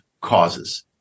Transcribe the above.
causes